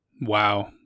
Wow